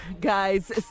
guys